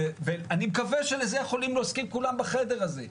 אני מקווה שלזה יכולים להסכים כולם בחדר הזה.